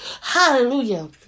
Hallelujah